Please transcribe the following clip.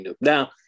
Now